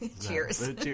cheers